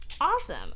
awesome